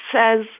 says